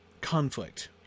Conflict